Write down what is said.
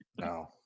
No